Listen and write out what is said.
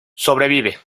sobrevive